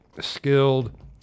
skilled